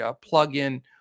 plug-in